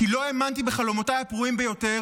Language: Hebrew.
כי לא האמנתי בחלומותיי הפרועים ביותר